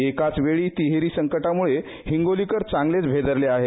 एकाच वेळी तिहेरी संकटामुळे हिंगोलीकर चांगलेच भेदरले आहेत